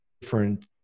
different